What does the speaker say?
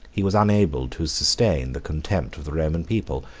he was unable to sustain the contempt of the roman people.